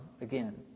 again